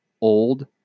old